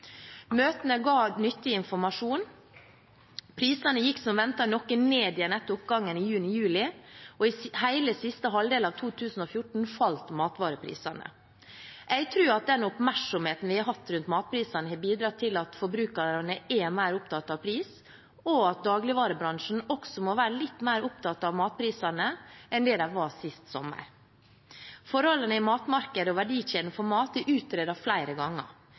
Møtene ga nyttig informasjon. Prisene gikk som ventet noe ned igjen etter oppgangen i juni/juli, og i hele siste halvdel av 2014 falt matvareprisene. Jeg tror at den oppmerksomheten vi har rundt matprisene, har bidratt til at forbrukerne er mer opptatt av pris, og at dagligvarebransjen også må være litt mer opptatt av matprisene enn det de var sist sommer. Forholdene i matmarkedet og verdikjeden for mat er utredet flere ganger,